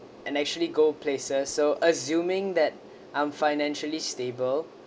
and actually go places so assuming that I'm financially stable